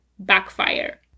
Backfire